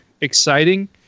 exciting